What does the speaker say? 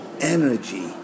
energy